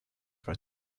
for